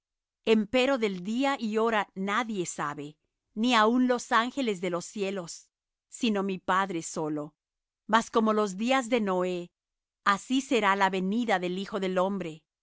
pasarán empero del día y hora nadie sabe ni aun los ángeles de los cielos sino mi padre solo mas como los días de noé así será la venida del hijo del hombre